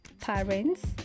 parents